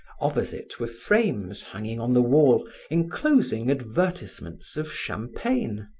opposite were frames hanging on the wall enclosing advertisements of champagne,